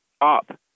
up